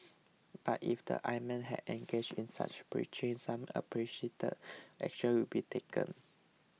but if the imam had engaged in such preaching some appreciate action will be taken